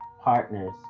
partners